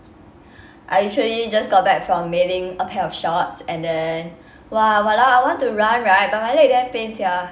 I actually just got back from mailing a pair of shorts and then !wah! !walao! I want to run right but my leg damn pain sia